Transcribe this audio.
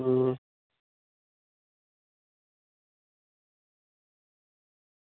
अं